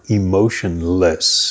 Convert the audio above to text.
emotionless